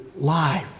life